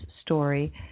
story